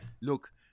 look